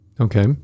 Okay